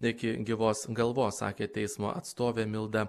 iki gyvos galvos sakė teismo atstovė milda